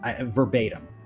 verbatim